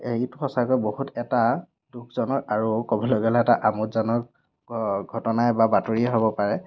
এইটো সঁচাকৈ বহুত এটা দুখজনক আৰু ক'বলৈ গ'লে এটা আমোদজনক ঘটনাই বা বাতৰিয়ে হ'ব পাৰে